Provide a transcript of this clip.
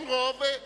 אין רוב, תעשו,